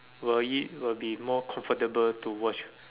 will it will be more comfortable to watch